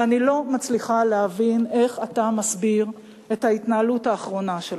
ואני לא מצליחה להבין איך אתה מסביר את ההתנהלות האחרונה שלך,